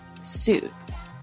Suits